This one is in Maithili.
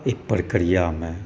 एहि प्रक्रियामे